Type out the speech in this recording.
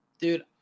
Dude